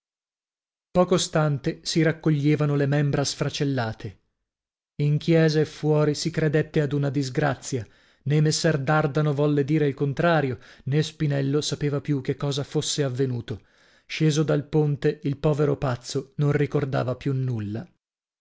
poco stante si raccoglievano le membra sfracellate in chiesa e fuori si credette ad una disgrazia nè messer dardano volle dire il contrario nè spinello sapeva più che cosa fosse avvenuto sceso dal ponte il povero pazzo non ricordava più nulla